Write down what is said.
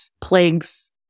plagues